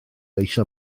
eisiau